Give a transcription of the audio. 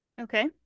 Okay